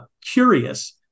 curious